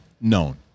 known